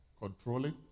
controlling